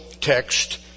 text